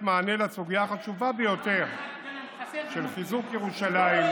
מענה לסוגיה החשובה ביותר של חיזוק ירושלים,